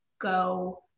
go